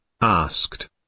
asked